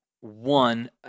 one